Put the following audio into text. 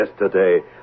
yesterday